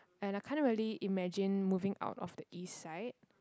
and I can't really imagine moving out of the east side